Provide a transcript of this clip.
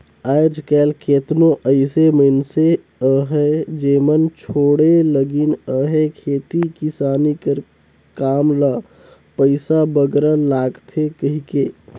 आएज काएल केतनो अइसे मइनसे अहें जेमन छोंड़े लगिन अहें खेती किसानी कर काम ल पइसा बगरा लागथे कहिके